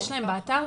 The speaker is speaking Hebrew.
יש להם באתר?